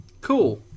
Cool